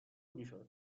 میشد